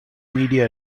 media